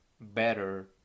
better